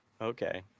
Okay